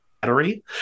battery